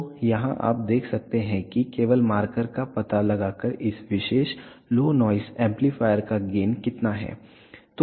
तो यहां आप देख सकते हैं कि केवल मार्कर का पता लगाकर इस विशेष लो नॉइस एम्पलीफायर का गेन कितना है